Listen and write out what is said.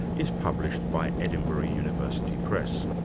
is published by edinburgh university press.